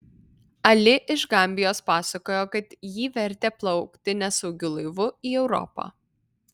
ali iš gambijos pasakojo kad jį vertė plaukti nesaugiu laivu į europą